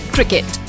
Cricket